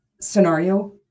scenario